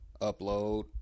Upload